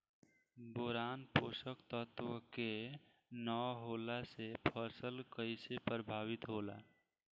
Boron पोषक तत्व के न होला से फसल कइसे प्रभावित होला?